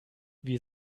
wir